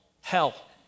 Hell